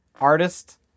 artist